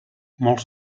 molts